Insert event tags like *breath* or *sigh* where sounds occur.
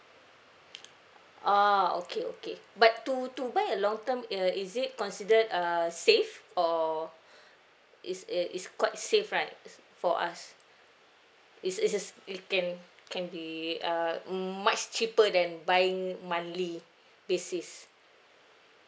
ah okay okay but to to buy a long term err is it considered err safe or *breath* is uh is quite safe right for us it's it's uh it can can be uh much cheaper than buying monthly basis